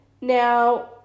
now